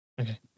Okay